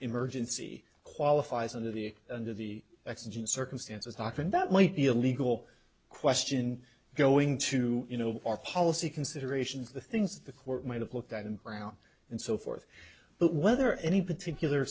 emergency qualifies under the under the exigent circumstances doctrine that might be a legal question going to you know our policy considerations the things the court might have looked at in brown and so forth but whether any particular